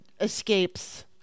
escapes